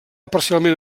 parcialment